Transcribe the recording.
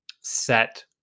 set